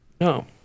No